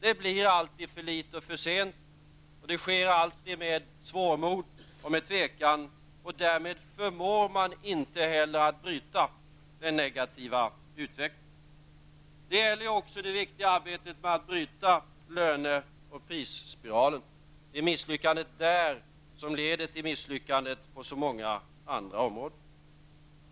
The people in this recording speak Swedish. Det blir alltid för litet och för sent, och det sker alltid med svårmod och tvekan. Därmed förmår man inte heller att bryta den negativa utvecklingen. Detta gäller också det viktiga arbetet med att bryta löne och prisspiralen. Det är misslyckandet där som leder till misslyckanden på så många andra områden.